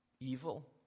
evil